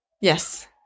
Yes